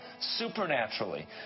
supernaturally